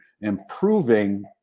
improving